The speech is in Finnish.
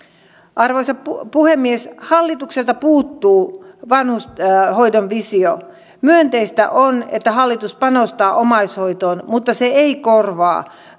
arvoisa puhemies hallitukselta puuttuu vanhushoidon visio myönteistä on että hallitus panostaa omaishoitoon mutta se ei korvaa